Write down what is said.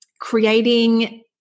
creating